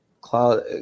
cloud